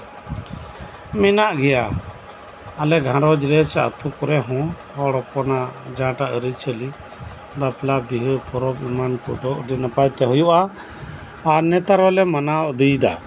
ᱢᱮᱱᱟᱜ ᱜᱮᱭᱟ ᱟᱞᱮ ᱜᱷᱟᱨᱚᱧᱡᱽ ᱨᱮ ᱥᱮ ᱟᱛᱳᱠᱚᱨᱮ ᱦᱚᱸ ᱦᱚᱲ ᱦᱚᱯᱚᱱᱟᱜ ᱡᱟᱦᱟᱸᱴᱟᱜ ᱟᱹᱨᱤᱼᱪᱟᱹᱞᱤ ᱵᱟᱯᱞᱟᱼᱵᱤᱦᱟᱹ ᱯᱚᱨᱚᱵ ᱮᱢᱟᱱ ᱠᱚᱫᱚ ᱟᱹᱰᱤ ᱱᱟᱯᱟᱭ ᱛᱮ ᱦᱩᱭᱩᱜᱼᱟ ᱟᱨ ᱱᱮᱛᱟᱨ ᱦᱚᱞᱮ ᱢᱟᱱᱟᱣ ᱤᱫᱤᱭᱮᱫᱟ